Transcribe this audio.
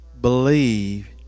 believe